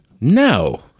No